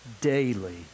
daily